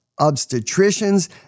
Obstetricians